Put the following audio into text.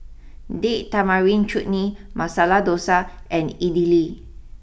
date Tamarind Chutney Masala Dosa and Idili